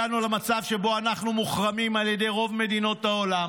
הגענו למצב שבו אנחנו מוחרמים על ידי רוב מדינות העולם,